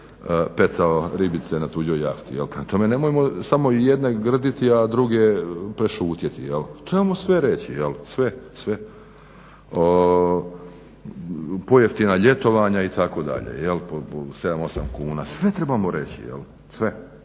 pecao ribice na tuđoj jahti. Prema tome, nemojmo samo jedne grditi a druge prešutjeti, trebamo sve reći, sve. Pojeftina ljetovanja itd., po 7-8 kuna, sve trebamo reći, sve.